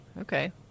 Okay